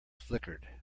flickered